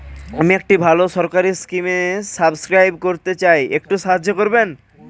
আমি একটি ভালো সরকারি স্কিমে সাব্সক্রাইব করতে চাই, একটু সাহায্য করবেন?